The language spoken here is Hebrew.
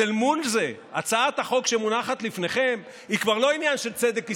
אז אל מול זה הצעת החוק שמונחת לפניכם היא כבר לא עניין של צדק היסטורי,